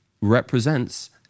represents